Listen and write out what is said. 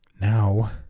Now